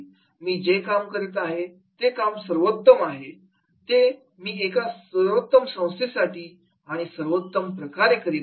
मी जे काम करत आहे तेच काम सर्वोत्तम आहे ते मी एका सर्वोत्तम संस्थेसाठी आणि सर्वोत्तम प्रकारे करत आहे